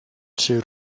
czy